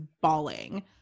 bawling